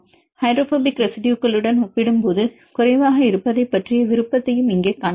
hydrophobic ரெசிடுயுகளுடன் ஒப்பிடும்போது குறைவாக இருப்பதைப் பற்றிய விருப்பத்தையும் இங்கே காணலாம்